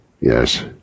Yes